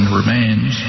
remains